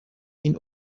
این